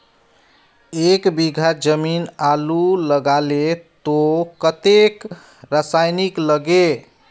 एक बीघा जमीन आलू लगाले तो कतेक रासायनिक लगे?